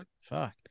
fuck